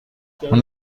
اون